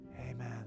Amen